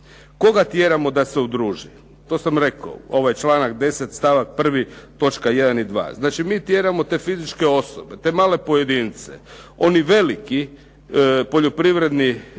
Koga tjeramo da se udruži? To sam rekao, ovaj članak 10. stavak 1. točka 1 i 2. Znači, mi tjeramo te fizičke osobe, te male pojedince. Oni veliki poljoprivredni